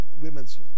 women's